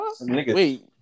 Wait